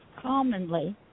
commonly